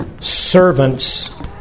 servants